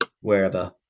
wherever